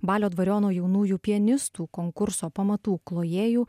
balio dvariono jaunųjų pianistų konkurso pamatų klojėjų